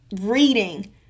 reading